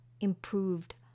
improved